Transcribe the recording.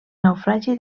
naufragi